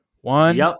One